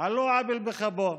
על לא עוול בכפו.